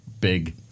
big